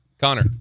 Connor